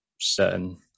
certain